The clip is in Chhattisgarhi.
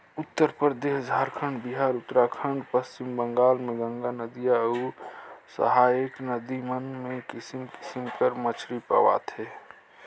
उत्तरपरदेस, झारखंड, बिहार, उत्तराखंड, पच्छिम बंगाल में गंगा नदिया अउ सहाएक नदी मन में किसिम किसिम कर मछरी पवाथे